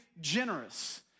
generous